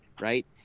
Right